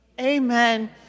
amen